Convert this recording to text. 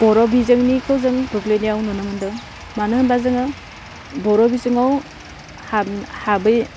बर' बिजोंनिखौ जों गोग्लैनायाव नुनो मोन्दों मानो होनबा जोङो बर' बिजोङाव हाब हाबै